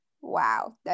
wow